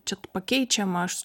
čia pakeičiama aš